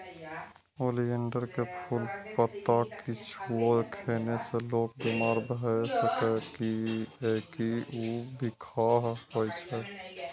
oleander के फूल, पत्ता किछुओ खेने से लोक बीमार भए सकैए, कियैकि ऊ बिखाह होइ छै